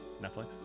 Netflix